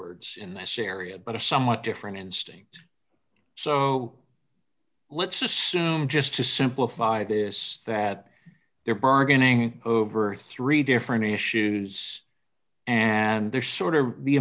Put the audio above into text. words in this area but a somewhat different instinct so let's assume just to simplify this that they're bergen ing over three different issues and they're sort of the